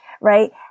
right